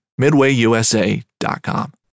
MidwayUSA.com